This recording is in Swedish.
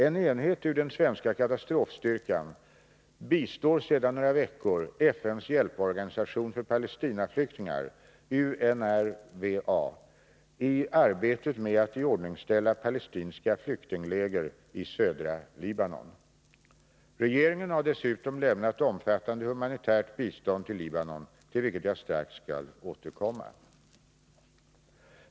En enhet ur den svenska katastrofstyrkan bistår sedan några veckor tillbaka FN:s hjälporganisation för Palestinaflyktingar i arbetet med att iordningställa palestinska flyktingläger i södra Libanon. Regeringen har dessutom lämnat omfattande humanitärt bistånd till Libanon, vilket jag strax skall återkomma till.